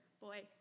Boy